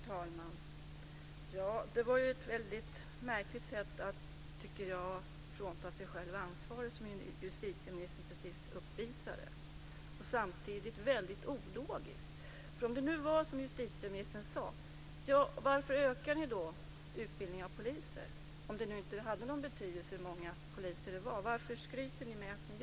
Fru talman! Justitieministern fråntog sig själv ansvaret på ett märkligt och samtidigt ologiskt sätt. Om det nu är som justitieministern säger, varför utökar ni då utbildningen av poliser? Varför skryter ni med det, om det nu inte har någon betydelse hur många poliser det finns?